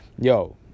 Yo